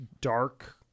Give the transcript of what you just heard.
dark